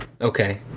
Okay